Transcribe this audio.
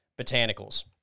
Botanicals